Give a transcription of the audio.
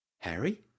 Harry